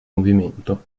movimento